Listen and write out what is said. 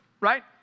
right